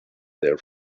their